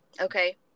Okay